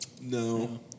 No